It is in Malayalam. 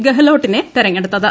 ഗെഹ്ലോട്ടിനെ തെരഞ്ഞെടുത്തത്